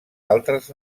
altres